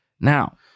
Now